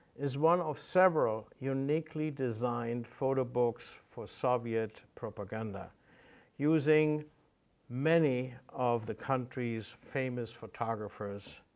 is one of several uniquely designed photo books for soviet propaganda using many of the country's famous photographers